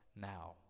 now